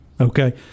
okay